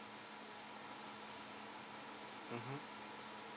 mmhmm